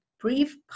brief